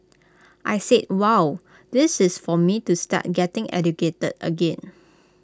I said wow this is for me to start getting educated again